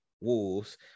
Wolves